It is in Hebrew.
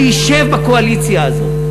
מי ישב בקואליציה הזאת?